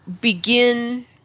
begin –